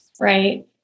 right